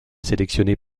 sélectionnés